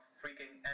freaking